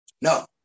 No